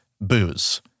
Booze